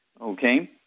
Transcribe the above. okay